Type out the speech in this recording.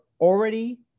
already